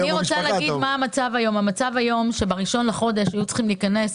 היו צריכים להיכנס